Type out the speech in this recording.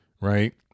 right